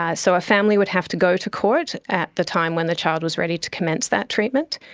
ah so a family would have to go to court at the time when the child was ready to commence that treatment,